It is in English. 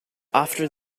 after